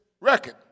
record